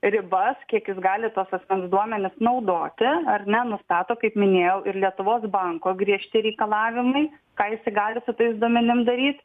ribas kiek jis gali tuos asmens duomenis naudoti ar ne nustato kaip minėjau ir lietuvos banko griežti reikalavimai ką jisai gali su tais duomenim daryt